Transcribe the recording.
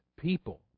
people